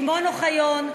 שמעון אוחיון,